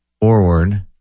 forward